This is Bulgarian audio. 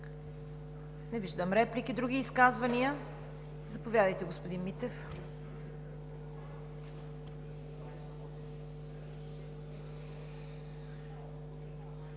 Не виждам реплики. Други изказвания? Заповядайте, господин Митев.